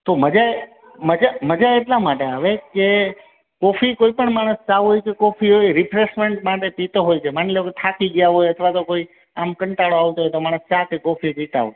તો મજા એ મજા મજા એટલા માટે આવે કે કોફી કોઈ પણ માણસ ચા હોય કે કોફી હોય રિફ્રેશમેન્ટ માટે પીતો હોય છે માની લો કે થાકી ગયા હોય અથવા તો કોઈ આમ કંટાળો આવતો હોય તો માણસ ચા કે કોફી પીતા હોય